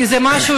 כי זה משהו,